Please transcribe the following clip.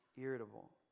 irritable